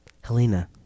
Helena